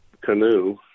canoe